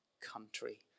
country